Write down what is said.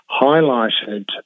highlighted